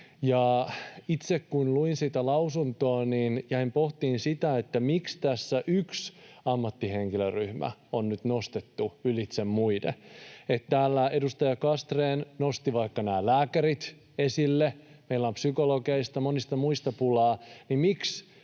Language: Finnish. itse luin sitä lausuntoa, jäin pohtimaan sitä, miksi tässä yksi ammattihenkilöryhmä on nyt nostettu ylitse muiden. Täällä edustaja Castrén nosti vaikka nämä lääkärit esille. Kun meillä on psykologeista, monista muista pulaa, niin miksi